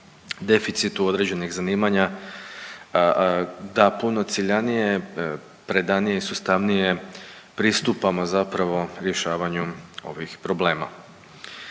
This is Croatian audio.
deficitu određenih zanimanja, da puno ciljanije, predanije i sustavnije, pristupamo zapravo rješavanju ovih problema.